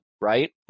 right